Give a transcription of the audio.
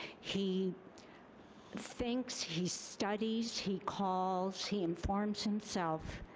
he thinks, he studies, he calls, he informs himself,